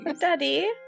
daddy